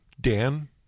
Dan